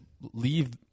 leave